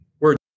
Words